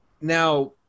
Now